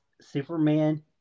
Superman